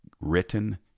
written